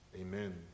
Amen